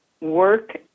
work